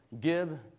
Gib